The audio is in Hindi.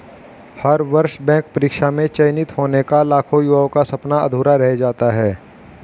हर वर्ष बैंक परीक्षा में चयनित होने का लाखों युवाओं का सपना अधूरा रह जाता है